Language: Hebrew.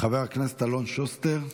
חבר הכנסת אלון שוסטר,